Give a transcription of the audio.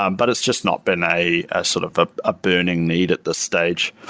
um but it's just not been a sort of ah a burning need at this stage,